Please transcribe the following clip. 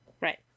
Right